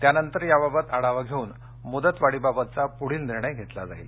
त्यानंतर त्याबाबत आढावा घेऊन मुदतवाढीबाबतचा पुढील निर्णय घेतला जाईल